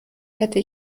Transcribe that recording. hätte